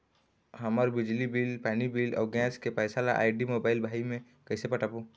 हमर बिजली बिल, पानी बिल, अऊ गैस के पैसा ला आईडी, मोबाइल, भाई मे कइसे पटाबो?